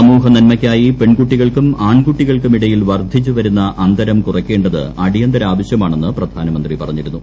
സമൂഹ നന്മയ്ക്കായി പെൺകൂട്ടികൾക്കും ആൺകൂട്ടികൾക്കും ഇടയിൽ വർദ്ധിച്ചു വരുന്ന അന്തരം കുറയ്ക്കേണ്ടത് അടിയന്തരാവശ്യമാണെന്ന് പ്രധാനമന്ത്രി പറഞ്ഞിരുന്നു